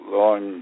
long